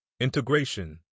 Integration